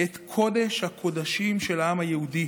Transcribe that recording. את קודש-הקודשים של העם היהודי.